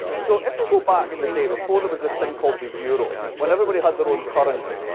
so if you go back in the day before there was this thing called the euro, when everybody had their own currency,